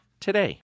today